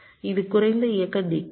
இது குறைந்த இயக்க டிகோடர்